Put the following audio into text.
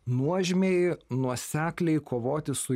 nuožmiai nuosekliai kovoti su